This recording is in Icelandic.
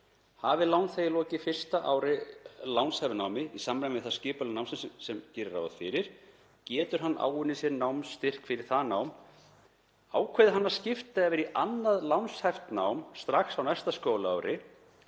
Hafi lánþegi lokið fyrsta ári í lánshæfu námi, í samræmi við það sem skipulag námsins gerir ráð fyrir, getur hann áunnið sér námsstyrk fyrir það nám, ákveði hann að skipta yfir í annað lánshæft nám, strax á næsta skólaári.